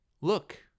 look